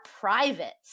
private